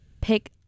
pick